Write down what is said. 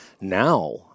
Now